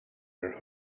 are